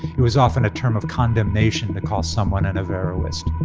it was often a term of condemnation to call someone an averroist.